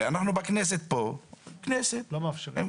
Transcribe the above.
אנחנו בכנסת לא מאפשרים את זה.